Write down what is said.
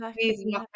please